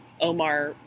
Omar